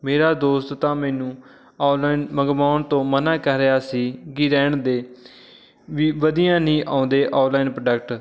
ਮੇਰਾ ਦੋਸਤ ਤਾਂ ਮੈਨੂੰ ਔਨਲਾਈਨ ਮੰਗਵਾਉਣ ਤੋਂ ਮਨਾ ਕਰ ਰਿਹਾ ਸੀ ਕਿ ਰਹਿਣ ਦੇ ਵੀ ਵਧੀਆ ਨਹੀਂ ਆਉਂਦੇ ਔਨਲਾਈਨ ਪ੍ਰੋਡਕਟ